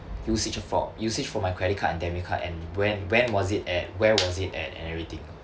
usage for usage for my credit card and debit card and when when was it at where was it at and everything